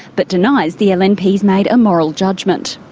but denies the lnp's made a moral judgement.